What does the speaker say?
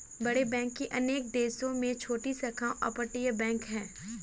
बड़े बैंक की अनेक देशों में छोटी शाखाओं अपतटीय बैंक है